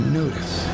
notice